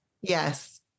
Yes